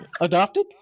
adopted